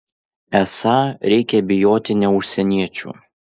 esą reikia bijoti ne užsieniečių